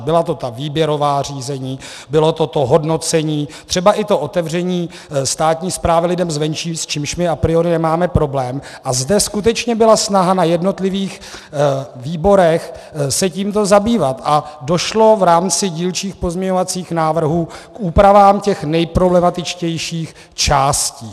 Byla to ta výběrová řízení, bylo to to hodnocení, třeba i to otevření státní správy lidem zvenčí, s čímž my a priori nemáme problém, a zde skutečně byla snaha na jednotlivých výborech se tímto zabývat a došlo v rámci dílčích pozměňovacích návrhů k úpravám těch nejproblematičtějších částí.